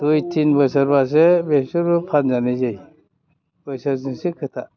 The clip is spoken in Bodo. दुइ तिन बोसोरब्लासो बेसोरबो फानजानाय जायो बोसोरजोंसो खोथा